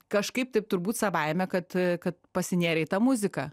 kažkaip taip turbūt savaime kad kad pasinėrę į tą muziką